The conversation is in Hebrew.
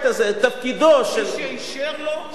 תפקידו של, מי שאישר לו, שיבדוק.